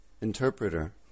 Interpreter